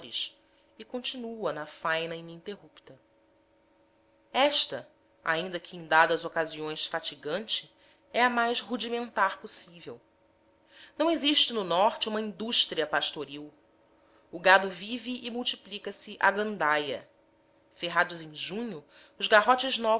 e continua na faina ininterrupta a vaquejada esta ainda que em dadas ocasiões fatigante é a mais rudimentar possível não existe no norte uma indústria pastoril o gado vive e multiplica se à gandaia ferrados em junho os garrotes